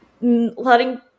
letting